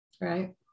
right